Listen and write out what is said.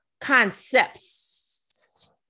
concepts